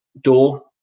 door